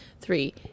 three